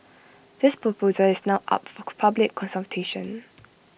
this proposal is now up for public consultation